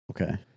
Okay